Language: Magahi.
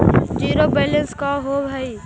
जिरो बैलेंस का होव हइ?